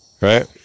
right